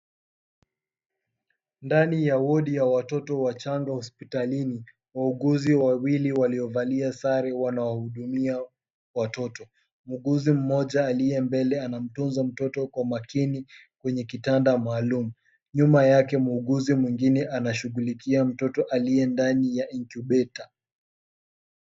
Ndani ya wadi ya watoto wachanga hospitalini. Wauguzi wawili waliovalia sare wanawahudumia watoto. Muuguzi mmoja aliye mbele anamtunza mtoto kwa makini kwenye kitanda maalum, nyuma yake nyuma yake muuguzi mwingine anamshughulikia mtoto aliyendani ya incubator .